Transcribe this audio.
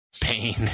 Pain